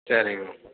சரிங்க